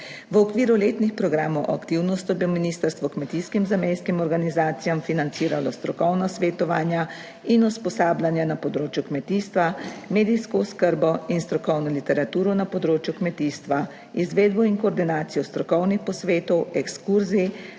V okviru letnih programov aktivnosti bo ministrstvo kmetijskim zamejskim organizacijam financiralo strokovna svetovanja in usposabljanja na področju kmetijstva, medijsko oskrbo in strokovno literaturo na področju kmetijstva, izvedbo in koordinacijo strokovnih posvetov, ekskurzij,